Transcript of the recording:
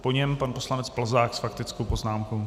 Po něm pan poslanec Plzák s faktickou poznámkou.